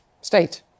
state